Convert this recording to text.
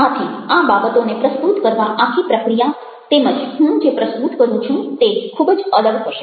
આથી આ બાબતોને પ્રસ્તુત કરવા આખી પ્રક્રિયા તેમજ હું જે પ્રસ્તુત કરું છું તે ખૂબ જ અલગ હશે